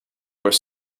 were